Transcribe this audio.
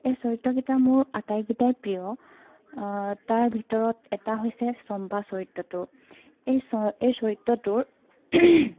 এই চৰিত্ৰকেইটা মোৰ আটাইকেইটাই প্ৰিয় তাৰ ভিতৰত এটা হৈছে চম্পা চৰিত্ৰটো এই চ এই চৰিত্ৰটো